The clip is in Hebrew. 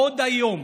עוד היום